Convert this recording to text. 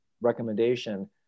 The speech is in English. recommendation